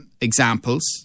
examples